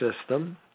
system